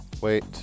Wait